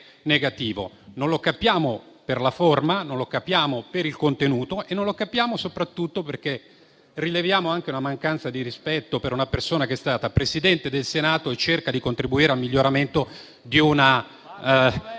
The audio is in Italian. non lo capiamo per la forma, non lo capiamo per il contenuto e non lo capiamo soprattutto perché rileviamo anche una mancanza di rispetto per una persona che è stata Presidente del Senato e che cerca di contribuire al miglioramento di una